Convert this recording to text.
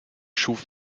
schuf